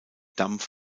dampf